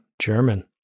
German